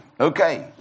okay